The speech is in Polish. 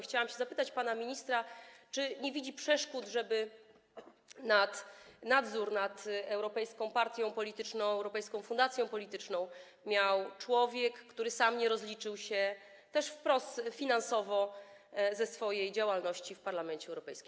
Chciałam zapytać pana ministra, czy nie widzi przeszkód, żeby nadzór nad europejską partią polityczną, europejską fundacją polityczną pełnił człowiek, który sam nie rozliczył się, też wprost finansowo, ze swojej działalności w Parlamencie Europejskim.